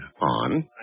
on